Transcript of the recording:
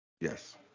Yes